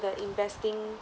the investing